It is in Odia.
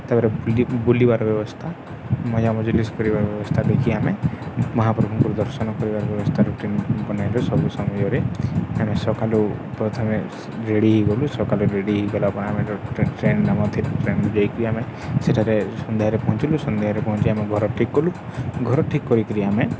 ତା'ପରେ ବୁଲି ବୁଲିବାର ବ୍ୟବସ୍ଥା ମଜାମଜ୍ଲିସ୍ କରିବାର ବ୍ୟବସ୍ଥା ଦେଖି ଆମେ ମହାପ୍ରଭୁଙ୍କୁ ଦର୍ଶନ କରିବାର ବ୍ୟବସ୍ଥାରୁ ରୁଟିନ୍ ବନାଇଲୁ ସବୁ ସମୟରେ ଆମେ ସକାଲୁ ପ୍ରଥମେ ରେଡ଼ି ହୋଇଗଲୁ ସକାଳୁ ରେଡ଼ି ହୋଇଗଲା ପରେ ଆମେ ଟ୍ରେନ୍ ନ ମଧ୍ୟ ଟ୍ରେନ୍କୁ ଯାଇକରି ଆମେ ସେଠାରେ ସନ୍ଧ୍ୟାରେ ପହଞ୍ଚିଲୁ ସନ୍ଧ୍ୟାରେ ପହଞ୍ଚି ଆମେ ଘର ଠିକ୍ କଲୁ ଘର ଠିକ୍ କରିକରି ଆମେ